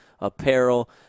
apparel